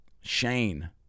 Shane